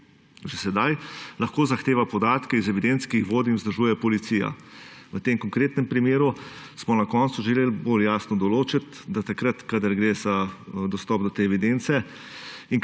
Že sedaj lahko zahteva podatke iz evidenc, ki jih vodi in vzdržuje policija. V tem konkretnem primeru smo na koncu želeli bolj jasno določiti, da takrat, kadar gre za dostop do te evidence